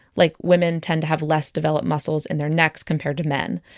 like, women tend to have less developed muscles in their necks compared to men,